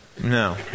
No